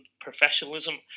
professionalism